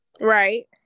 Right